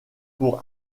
pour